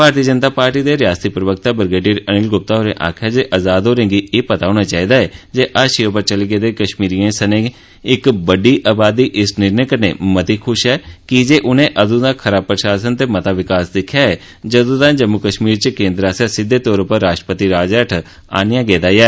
भारतीय जनता पार्टी दे रियासती प्रवक्ता ब्रिगेडियर अनिल ग्प्ता होरें आक्खेया जे आजाद होरेंगी ए पता होना चाहिदा ऐ जे हाशिये उप्पर चली गेदे कश्मीरियें सनें इक बड्डी अबादी इस निर्णें कन्नें मती खुश ऐ कि जे उने अदुं दा खरा प्रशासन ते मता विकास दिक्खेया ऐ जद्ं दा जम्मू कश्मीर गी केंद्र आस्सेआ सिद्दे तौर उप्पर राष्ट्रपति राज हैठ आन्नेया गेदा ऐ